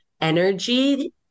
energy